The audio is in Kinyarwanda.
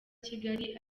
kigali